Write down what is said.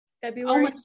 February